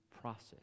process